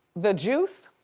the juice